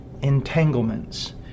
entanglements